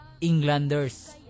Englanders